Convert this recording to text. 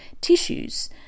tissues